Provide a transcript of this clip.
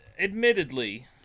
admittedly